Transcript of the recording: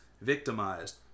victimized